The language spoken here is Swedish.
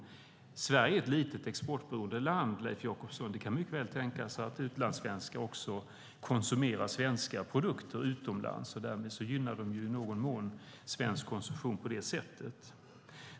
Sverige är ett litet, exportberoende land, Leif Jakobsson. Det kan mycket väl tänkas att utlandssvenskar också konsumerar svenska produkter utomlands, och därmed gynnar de i någon mån också svensk konsumtion.